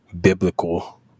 biblical